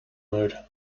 mode